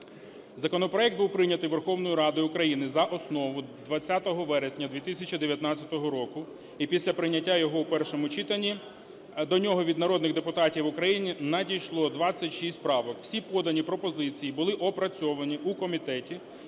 Законопроект був прийнятий Верховною Радою України за основу 20 вересня 2019 року. І після прийняття його в першому читанні до нього від народних депутатів України надійшло 26 правок. Всі подані пропозиції були опрацьовані у комітеті